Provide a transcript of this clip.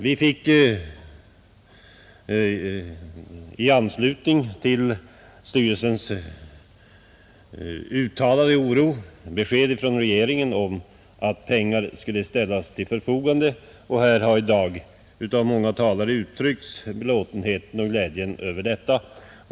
Vi fick i anslutning till styrelsens uttalade oro besked från regeringen om att pengar skulle ställas till förfogande. Här har i dag många talare uttryckt belåtenheten och glädjen över detta.